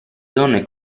donne